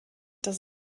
dass